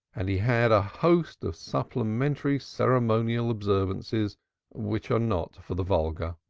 and he had a host of supplementary ceremonial observances which are not for the vulgar.